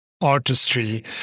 artistry